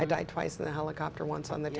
i died twice in the helicopter once on the